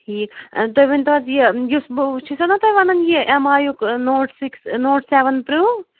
ٹھیٖک تُہۍ ؤنۍ تَو حظ یہِ یُس بہٕ چھُسَو نہٕ حظ وَنان یہِ ایٚم آیُک نوٹ سکِس نوٹ سیٚوَن پرو